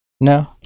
No